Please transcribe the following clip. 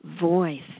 voice